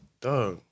Duh